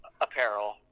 apparel